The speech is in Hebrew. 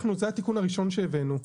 אנחנו, זה התיקון הראשון שהעלינו .